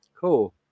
cool